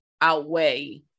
outweigh